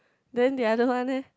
then the other one eh